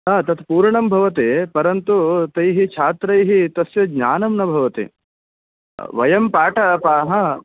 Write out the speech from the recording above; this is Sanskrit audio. तत् पूर्णं भवति परन्तु तैः छात्रैः तस्य ज्ञानं न भवति वयं पाठः